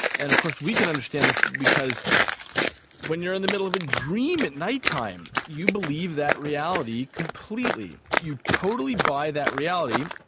and of course we can understand this because when you are in the middle of a dream at night-time you believe that reality completely. you totally buy that reality,